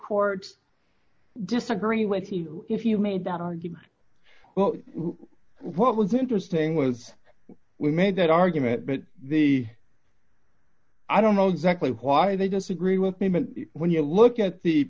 courts disagree with you if you made that argument well what was interesting was we made that argument but the i don't know exactly why they disagree with me but when you look at the